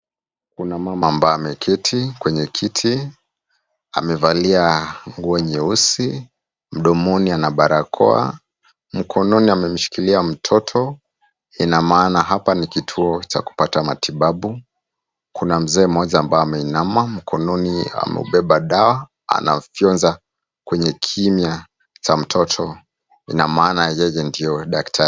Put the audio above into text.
Kuna mama ambaye ameketi kwenye kiti, amevalia nguo nyeusi. Mdomoni ana barakoa. Mkononi amemshikilia mtoto, ina maana hapa ni kituo cha kupata matibabu. Kuna mzee mmoja ambaye ameinama, mkononi ameubeba dawa anafyonza kwenye kimya cha mtoto, ina maana yeye ndio daktari.